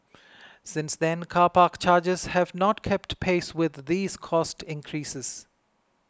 since then car park charges have not kept pace with these cost increases